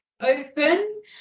open